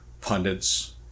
pundits